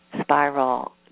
spiral